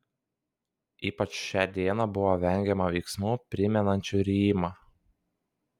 ypač šią dieną buvo vengiama veiksmų primenančių rijimą